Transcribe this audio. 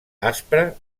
aspra